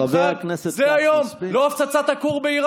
חבר הכנסת כץ,